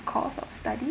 course of study